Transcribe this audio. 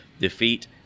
defeat